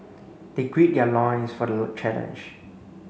they grid their loins for the challenge